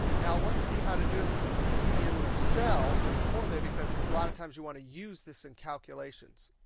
now, let's see how to do it in the cells with a formula, because a lot of times you want to use this in calculations.